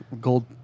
gold